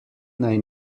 naj